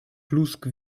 plusk